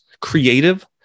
creative